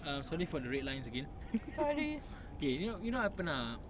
err sorry for the red lines again okay you know you know I pernah ah